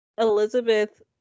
Elizabeth